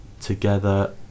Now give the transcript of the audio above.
together